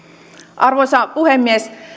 arvoisa puhemies